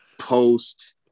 post